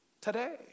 today